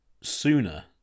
sooner